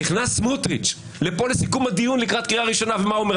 נכנס סמוטריץ' לפה לסיכום הדיון לקראת קריאה ראשונה ומה הוא אומר,